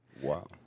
Wow